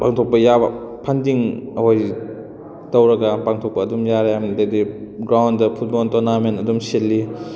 ꯄꯥꯡꯊꯣꯛꯄ ꯌꯥꯕ ꯐꯟꯗꯤꯡ ꯑꯩꯈꯣꯏ ꯇꯧꯔꯒ ꯄꯥꯡꯊꯣꯛꯄ ꯑꯗꯨꯝ ꯌꯥꯔꯦ ꯑꯗꯨꯗꯒꯤ ꯒ꯭ꯔꯥꯎꯗ ꯐꯨꯠꯕꯣꯟ ꯇꯣꯔꯅꯥꯃꯦꯟ ꯑꯗꯨꯝ ꯁꯤꯜꯂꯤ